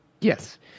Yes